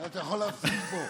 אתה יכול להפסיק פה.